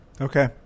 Okay